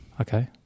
okay